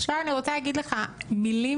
עכשיו אני רוצה להגיד לך, מילים